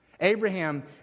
Abraham